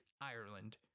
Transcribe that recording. Ireland